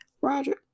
Roger